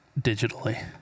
digitally